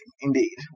indeed